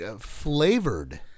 flavored